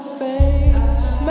face